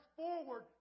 forward